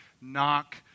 knock